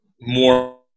more